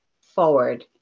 forward